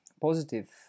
positive